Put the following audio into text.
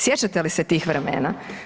Sjećate li ste tih vremena?